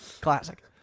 Classic